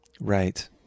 Right